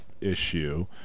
issue